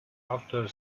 after